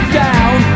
down